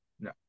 No